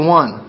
one